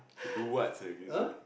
do what